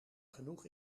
genoeg